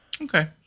Okay